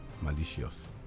Malicious